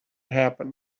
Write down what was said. happened